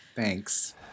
Thanks